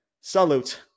salute